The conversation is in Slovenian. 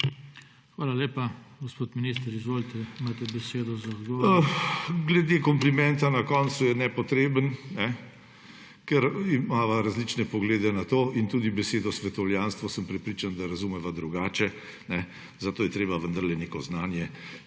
Hvala lepa. Gospod minister, izvolite, imate besedo za odgovor. DR. VASKO SIMONITI: Kompliment na koncu je nepotreben, ker imava različne poglede na to in tudi besedo svetovljanstvo, sem prepričan, da razumeva drugače, zato je treba vendarle neko znanje